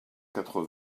quatre